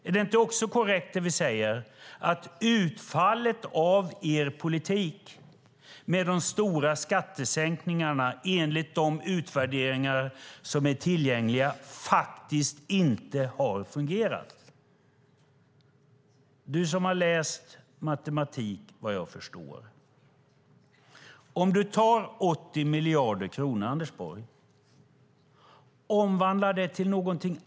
Är det inte korrekt när vi säger att enligt de utvärderingar som är tillgängliga har er politik med de stora skattesänkningarna faktiskt inte fungerat? Du har läst matematik, Anders Borg. Du kan ta 80 miljarder kronor och omvandla det till något annat.